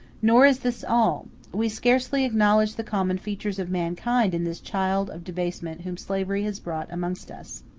nor is this all we scarcely acknowledge the common features of mankind in this child of debasement whom slavery has brought amongst us.